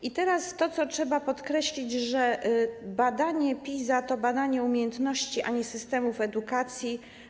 I teraz to, co trzeba podkreślić - badanie PISA to badanie umiejętności, a nie systemów edukacji.